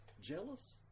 Jealous